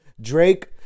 Drake